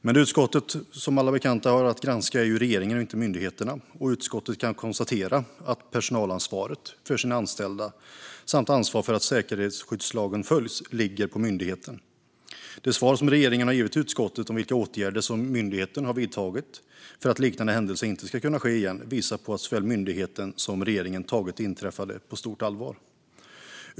Men det utskottet har att granska är regeringen - inte myndigheterna. Utskottet kan konstatera att personalansvaret för anställda samt ansvaret för att säkerhetsskyddslagen följs ligger på myndigheten. De svar som regeringen har givit till utskottet om vilka åtgärder myndigheten har vidtagit för att liknande händelser inte ska kunna ske igen visar på att såväl myndigheten som regeringen tagit det inträffade på stort allvar.